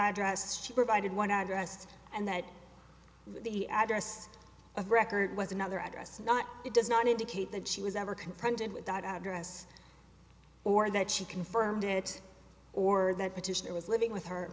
to dress she provided one address and that the address of record was another address not it does not indicate that she was ever confronted with that address or that she confirmed it or that petition it was living with her